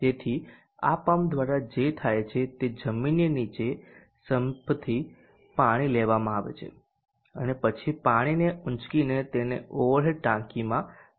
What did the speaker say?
તેથી આ પમ્પ દ્વારા જે થાય છે તે જમીનની નીચે સેમ્પથી પાણી લેવામાં આવે છે અને પછી પાણીને ઊંચકીને તેને ઓવર હેડ ટાંકીમાં મૂકવામાં આવે છે